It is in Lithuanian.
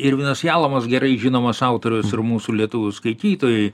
irvinas jalamas gerai žinomas autorius ir mūsų lietuvių skaitytojui